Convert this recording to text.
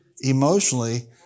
emotionally